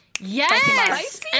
Yes